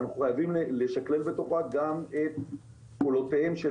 אנחנו חייבים לשכלל בתוכה גם את קולותיהם של